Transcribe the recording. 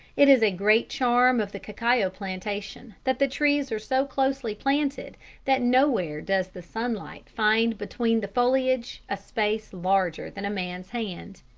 it is a great charm of the cacao plantation that the trees are so closely planted that nowhere does the sunlight find between the foliage a space larger than a man's hand.